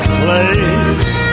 place